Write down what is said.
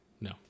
No